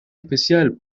especial